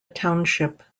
township